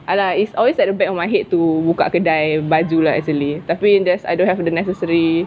I like it's always at the back of my head to buka kedai baju lah actually tapi just I don't have the necessary